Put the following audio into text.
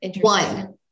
One